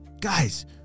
guys